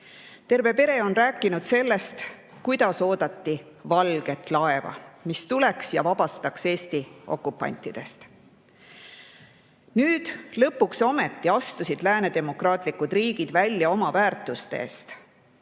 Terve pere on rääkinud sellest, kuidas oodati valget laeva, mis tuleks ja vabastaks Eesti okupantidest. Nüüd, lõpuks ometi astusid lääne demokraatlikud riigid välja oma väärtuste eest